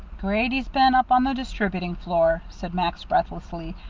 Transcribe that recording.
grady's been up on the distributing floor, said max, breathlessly,